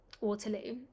Waterloo